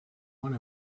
one